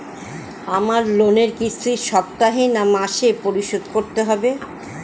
আমার লোনের কিস্তি সপ্তাহে না মাসে পরিশোধ করতে হবে?